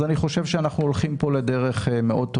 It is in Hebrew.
אז אני חושב שאנחנו הולכים פה לדרך מאוד טובה.